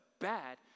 bad